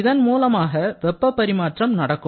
இதன் மூலமாக வெப்பப் பரிமாற்றம் நடக்கும்